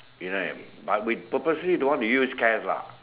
you know but we purposely don't want to use cash lah